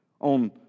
On